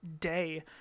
day